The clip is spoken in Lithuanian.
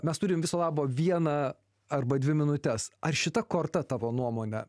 mes turim viso labo vieną arba dvi minutes ar šita korta tavo nuomone